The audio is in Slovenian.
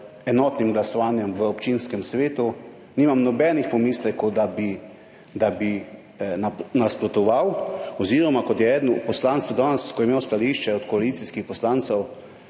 enotnim glasovanjem v občinskem svetu, nimam nobenih pomislekov, da bi nasprotoval oziroma kot se je danes na koncu izrazil eden od koalicijskih poslancev,